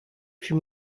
fut